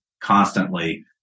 constantly